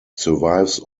survives